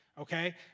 okay